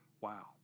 Wow